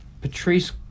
Patrice